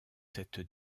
cette